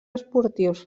esportius